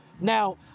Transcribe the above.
Now